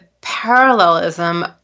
parallelism